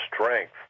strength